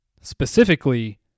specifically